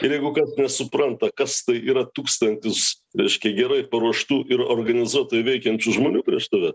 ir jeigu kas supranta kas tai yra tūkstantis reiškia gerai paruoštų ir organizuotai veikiančių žmonių prieš tave